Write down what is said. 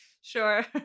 Sure